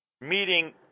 meeting